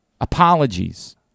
Apologies